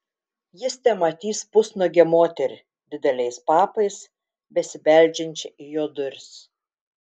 jis tematys pusnuogę moterį dideliais papais besibeldžiančią į jo duris